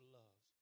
love